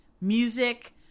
music